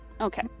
Okay